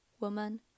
woman